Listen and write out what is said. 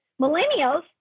Millennials